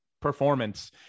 performance